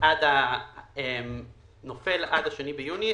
עד ה-2 ביולי.